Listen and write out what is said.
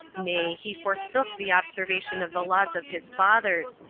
nay, he forsook the observation of the laws of his fathers,